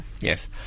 Yes